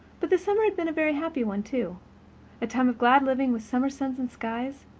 but the summer had been a very happy one, too a time of glad living with summer suns and skies,